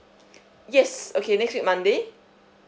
yes okay next week monday